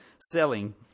selling